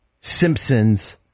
Simpsons